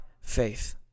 faith